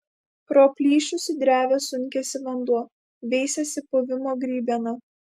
pro plyšius į drevę sunkiasi vanduo veisiasi puvimo grybiena